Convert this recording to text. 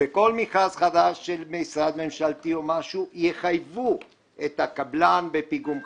בכל מכרז חדש של משרד ממשלתי יחייבו את הקבלן בפיגום חדש,